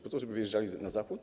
Po to, żeby wyjeżdżali na Zachód?